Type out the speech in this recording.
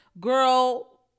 girl